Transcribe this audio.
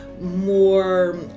more